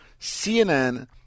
CNN